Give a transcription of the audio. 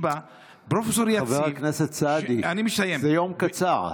פרופ' יציב, חבר הכנסת סעדי, זה יום קצר.